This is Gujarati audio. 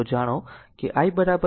તો જાણો કે i dqdt